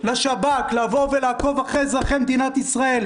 לשב"כ לעקוב אחרי אזרחי מדינת ישראל,